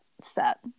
set